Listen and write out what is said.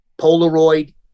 Polaroid